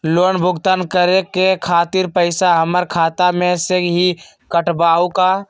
Loan भुगतान करे के खातिर पैसा हमर खाता में से ही काटबहु का?